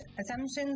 Assumptions